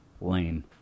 lame